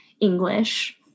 English